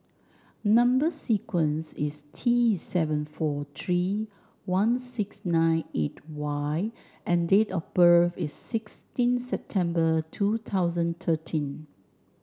number sequence is T seven four three one six nine eight Y and date of birth is sixteen September two thousand thirteen